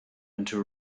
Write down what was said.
into